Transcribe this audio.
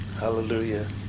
Hallelujah